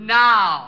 now